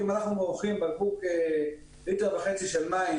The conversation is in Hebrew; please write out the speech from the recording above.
אם אנחנו מוכרים בקבוק ליטר וחצי של מים